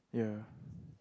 yeah